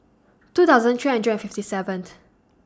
two thousand three hundred and fifty seventh